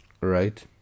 Right